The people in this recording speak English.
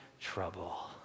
trouble